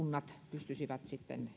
pystyisivät